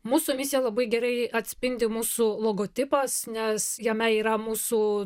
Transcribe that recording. mūsų misiją labai gerai atspindi mūsų logotipas nes jame yra mūsų